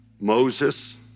Moses